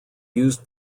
used